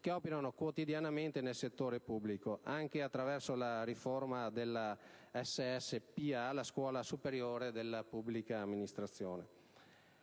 che operano quotidianamente nel settore pubblico, anche attraverso la riforma della SSPA (Scuola superiore della pubblica amministrazione).